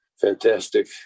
fantastic